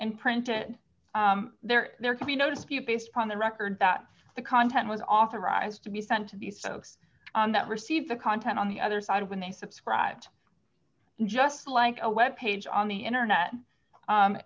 and print it there there can be noticed you based on the record that's the content was authorised to be sent to these folks that received the content on the other side when they subscribed just like a web page on the internet